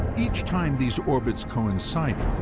each time these orbits coincided,